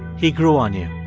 he grew on you.